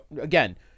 again